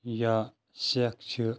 یا سیٚکھ چھِ